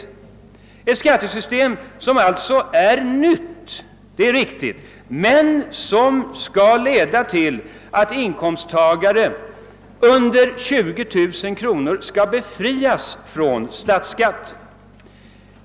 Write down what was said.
Det är riktigt att detta skattesystem är nytt, det leder också till att inkomsttagare med en inkomst under 20 000 kronor skall befrias från statsskatt.